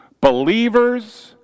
Believers